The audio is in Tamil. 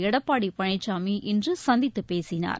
எடப்பாடி பழனிசாமி இன்று சந்தித்து பேசினார்